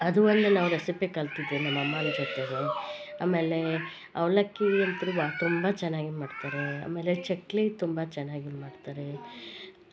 ಅದು ಒಂದು ನಾವು ರೆಸಿಪಿ ಕಲ್ತಿದ್ದೆ ನಮ್ಮ ಅಮ್ಮನ ಜೊತೆಗೆ ಅಮೇಲೆ ಅವ್ಲಕ್ಕಿಯಂತ್ರು ಬಾ ತುಂಬ ಚೆನ್ನಾಗಿ ಮಾಡ್ತಾರೆ ಅಮೇಲೆ ಚಕ್ಲಿ ತುಂಬ ಚೆನ್ನಾಗಿ ಮಾಡ್ತಾರೆ